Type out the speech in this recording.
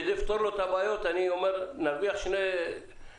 כדי לפתור לו את הבעיות אני אומר שנרוויח שתי תועלות,